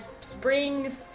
spring